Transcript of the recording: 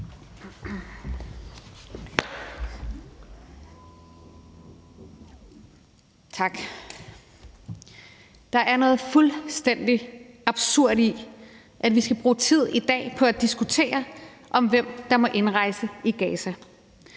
Tak. Der er noget fuldstændig absurd i, at vi skal bruge tid på i dag at diskutere, hvem der må indrejse i Gaza